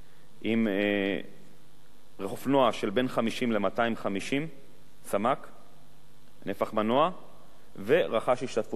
עם אופנוע של בין 50 ל-250 סמ"ק נפח מנוע ורכש השתתפות עצמית.